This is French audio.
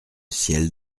ciel